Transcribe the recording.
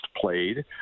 played